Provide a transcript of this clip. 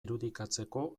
irudikatzeko